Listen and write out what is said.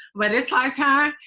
but this lifetime?